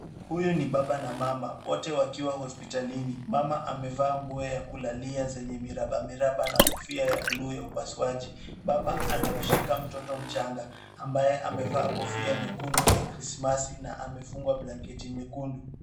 Huyu ni baba na mama wote wakiwa hospitalini. Mama amevaa nguo ya kulalia yenye miraba miraba na kofia ya buluu ya upasuaji. Baba anamshikia mtoto mchanga ambaye amevaa kofia nyekundu ya kirismasi na amefungwa blanketi nyekundu.